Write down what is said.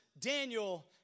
Daniel